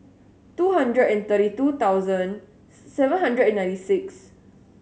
two hundred and thirty two thousand seven hundred and ninety six